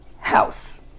house